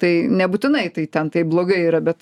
tai nebūtinai tai ten taip blogai yra bet